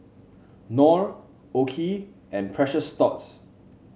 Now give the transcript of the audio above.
Knorr OKI and Precious Thots